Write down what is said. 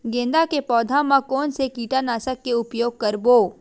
गेंदा के पौधा म कोन से कीटनाशक के उपयोग करबो?